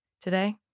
today